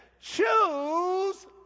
choose